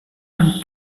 and